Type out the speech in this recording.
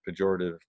pejorative